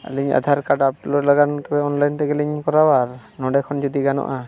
ᱟᱞᱤᱧ ᱞᱟᱹᱜᱤᱫ ᱛᱮᱫᱚ ᱛᱮᱜᱮᱞᱤᱧ ᱠᱚᱨᱟᱣᱟ ᱱᱚᱰᱮ ᱠᱷᱚᱱ ᱡᱩᱫᱤ ᱜᱟᱱᱚᱜᱼᱟ